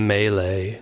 Melee